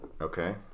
Okay